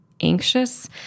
anxious